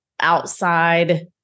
outside